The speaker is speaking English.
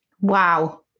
Wow